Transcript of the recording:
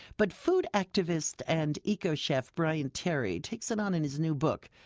but food activist and eco-chef bryant terry takes it on in his new book,